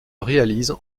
réalisent